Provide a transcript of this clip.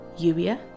Yuya